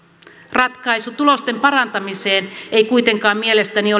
ratkaisu tulosten parantamiseen ei kuitenkaan mielestäni